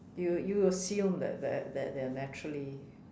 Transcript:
you you assume that that that they're naturally